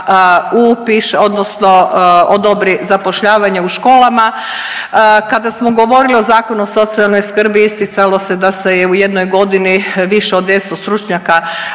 odnosno odobri zapošljavanje u školama. Kada smo govorili o Zakonu o socijalnoj skrbi isticalo se da se je u jednoj godini više od 200 stručnjaka